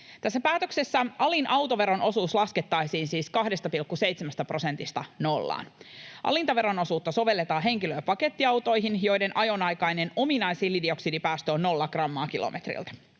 Tässä päätöksessä alin autoveron osuus laskettaisiin siis 2,7 prosentista nollaan. Alinta veron osuutta sovelletaan henkilö- ja pakettiautoihin, joiden ajonaikainen ominaishiilidioksidipäästö on 0 grammaa kilometriltä.